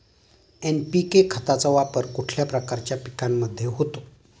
NPK खताचा वापर कुठल्या प्रकारच्या पिकांमध्ये होतो?